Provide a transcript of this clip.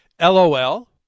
LOL